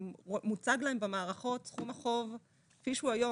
מוצג להם במערכות סכום החוב כפי שהוא היום,